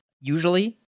usually